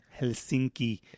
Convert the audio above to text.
Helsinki